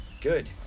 Good